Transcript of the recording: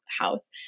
house